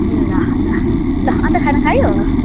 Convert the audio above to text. अँ ल ल ल अन्त खाना खायौ